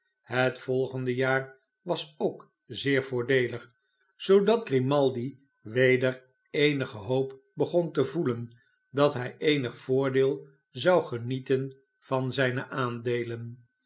het volgende jaar was ook zeer voordeelig zoodat grimaldi weder eenige hoop begon te voeden dat hij eenig voordeel zou genieten van zijne aandeelen